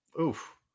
Oof